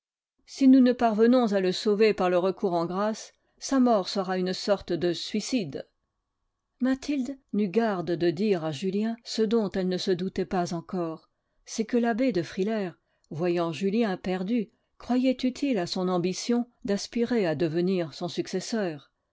si nous ne parvenons à le sauver par le recours en grâce sa mort sera une sorte de suicide mathilde n'eut garde de dire à julien ce dont elle ne se doutait pas encore c'est que l'abbé de frilair voyant julien perdu croyait utile à son ambition d'aspirer à devenir son successeur